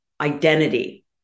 identity